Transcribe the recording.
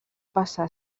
passar